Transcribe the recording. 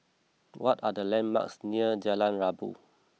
what are the landmarks near Jalan Rabu